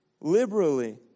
liberally